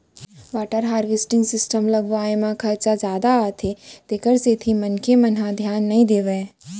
water harvesting system लगवाए म खरचा जादा आथे तेखर सेती मनखे मन ह धियान नइ देवय